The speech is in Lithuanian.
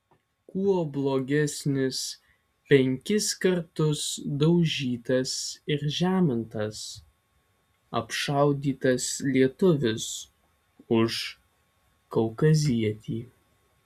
kuo blogesnis penkis kartus daužytas ir žemintas apšaudytas lietuvis už kaukazietį